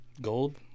Gold